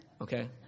okay